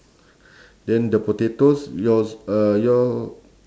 then the potatoes yours uh your